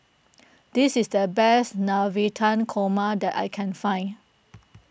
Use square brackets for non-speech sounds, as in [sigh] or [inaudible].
[noise] this is the best Navratan Korma that I can find